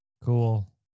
Cool